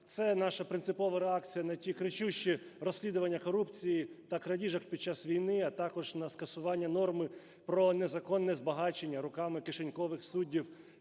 Це наша принципова реакція на ті кричущі розслідування корупції та крадіжок під час війни, а також на скасування норми про незаконне збагачення руками кишенькових суддів